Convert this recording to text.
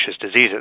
Diseases